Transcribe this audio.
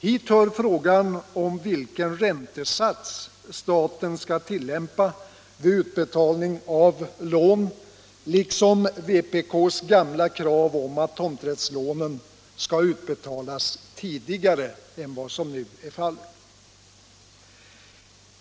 Hit hör frågan om vilken räntesats staten skall tillämpa vid utbetalning av lån liksom vpk:s gamla krav att tomträttslånen skall utbetalas tidigare än vad som nu är fallet.